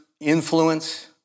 influence